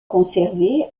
conservé